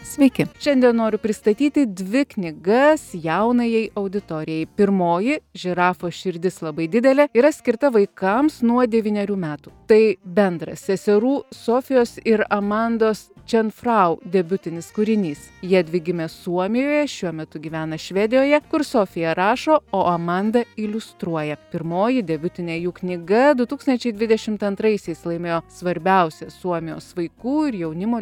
sveiki šiandien noriu pristatyti dvi knygas jaunajai auditorijai pirmoji žirafos širdis labai didelė yra skirta vaikams nuo devynerių metų tai bendras seserų sofijos ir amandos čenfrau debiutinis kūrinys jiedvi gimė suomijoje šiuo metu gyvena švedijoje kur sofija rašo o amanda iliustruoja pirmoji debiutinė jų knyga du tūkstančiai dvidešimt antraisiais laimėjo svarbiausią suomijos vaikų ir jaunimo